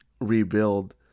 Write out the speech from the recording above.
rebuild